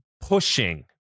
pushing